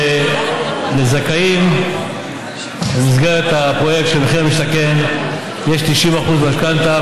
לזכאים במסגרת הפרויקט של מחיר למשתכן יש 90% משכנתה,